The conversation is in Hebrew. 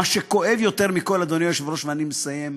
מה שכואב יותר מכול, אדוני היושב-ראש ואני מסיים,